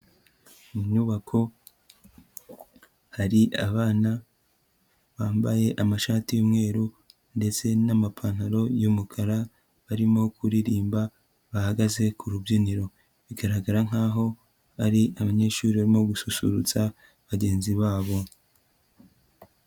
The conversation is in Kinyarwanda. Mu nyubako hari abana bambaye amashati y'umweru ndetse n'amapantaro y'umukara, barimo kuririmba bahagaze ku rubyiniro. Bigaragara nkaho ari abanyeshuri barimo gususurutsa bagenzi babo.